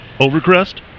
Overcrest